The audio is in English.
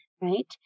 right